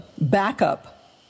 backup